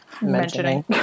Mentioning